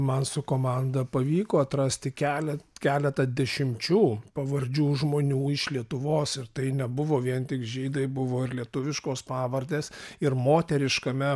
man su komanda pavyko atrasti kele keletą dešimčių pavardžių žmonių iš lietuvos ir tai nebuvo vien tik žydai buvo ir lietuviškos pavardės ir moteriškame